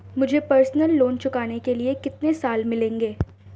मुझे personal loan चुकाने के लिए कितने साल मिलेंगे?